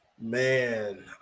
Man